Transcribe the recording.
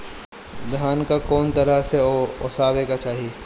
धान के कउन तरह से ओसावे के चाही?